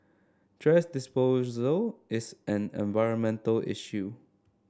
thrash disposal is an environmental issue